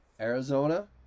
Arizona